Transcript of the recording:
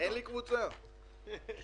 אבל אני מאוד מקווה שעד סוף השבוע ועודד,